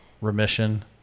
remission